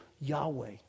Yahweh